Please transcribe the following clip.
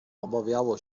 obawiało